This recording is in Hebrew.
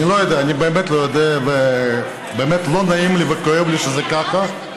אני באמת לא יודע, ולא נעים לי וכואב לי שזה ככה.